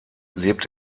lebt